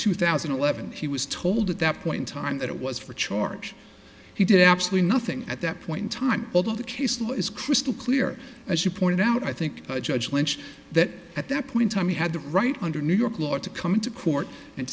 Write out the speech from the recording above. two thousand and eleven he was told at that point in time that it was for charge he did absolutely nothing at that point in time although the case law is crystal clear as you pointed out i think judge lynch that at that point time he had the right under new york law to come into court and